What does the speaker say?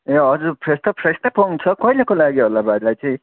ए हजुर फ्रेस त फ्रेस नै पाउँछ कहिलेको लागि होला भाइलाई चाहिँ